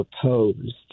proposed